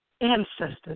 ancestors